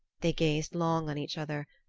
they gazed long on each other,